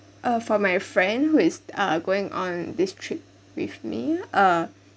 uh for my friend who is uh going on this trip with me uh